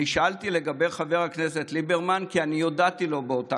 שאלתי לגבי חבר הכנסת ליברמן כי אני הודעתי לו באותה